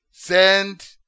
Send